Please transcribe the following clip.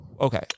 Okay